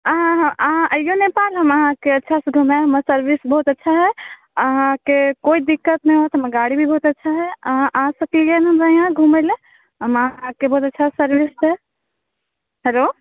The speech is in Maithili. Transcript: अहाँ अहाँ आइओ नेपाल हम अहाँके अच्छासँ घुमाएब हमर सर्विस बहुत अच्छा हइ अहाँके कोइ दिक्कत नहि हैत हमर गाड़ी भी बहुत अच्छा हइ अहाँ आ सकलिए हँ हमरा यहाँ घुमैलए हम अहाँके बहुत अच्छा सर्विस देब हेलो